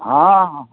ହଁ ହଁ